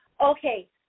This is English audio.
Okay